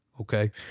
Okay